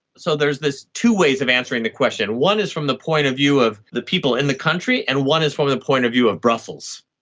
so there's two ways of answering the question. one is from the point of view of the people in the country, and one is from the point of view of brussels.